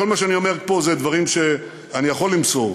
כל מה שאני אומר פה זה דברים שאני יכול למסור,